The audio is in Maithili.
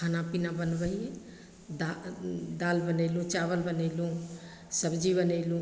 खाना पिना बनबै हिए दा दालि बनेलहुँ चावल बनेलहुँ सबजी बनेलहुँ